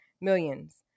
millions